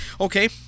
okay